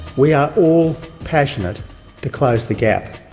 we are all passionate to close the gap,